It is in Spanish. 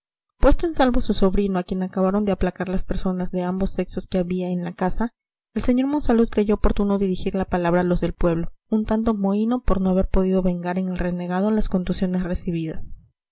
en salvo su sobrino a quien acabaron de aplacar las personas de ambos sexos que había en la casa el sr monsalud creyó oportuno dirigir la palabra a los del pueblo un tanto mohíno por no haber podido vengar en el renegado las contusiones recibidas